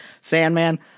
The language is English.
Sandman